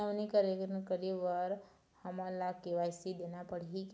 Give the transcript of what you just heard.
नवीनीकरण करे बर हमन ला के.वाई.सी देना पड़ही का?